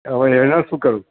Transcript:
તો હવે એમાં શું કરું